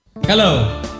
Hello